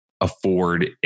afford